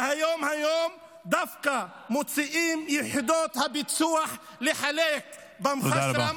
ודווקא היום מוציאות יחידות הביצוע לחלק באום חשרם,